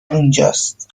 اینجاست